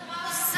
וכן הלאה,